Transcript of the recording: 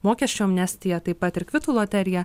mokesčių amnestija taip pat ir kvitų loterija